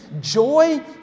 joy